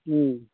ह्म्म